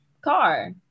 car